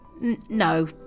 no